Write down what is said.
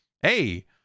hey